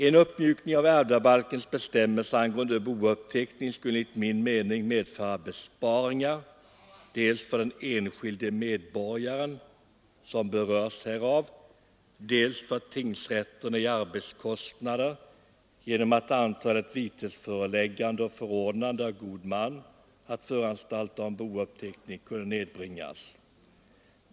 En uppmjukning av ärvdabalkens bestämmelser angående bouppteckning skulle enligt min mening medföra besparingar, dels för den enskilde medborgaren som berörs härav, dels för tingsrätterna i arbetskostnader genom att antalet vitesförelägganden och förordnande av god man att föranstalta om bouppteckning kunde nedbringas.